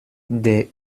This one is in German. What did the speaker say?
der